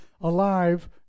alive